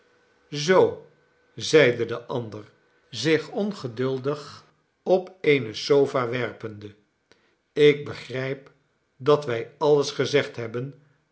zoo zeide de ander zich ongeduldig op eene sofa werpende ik begrijp dat wij alles gezegd hebben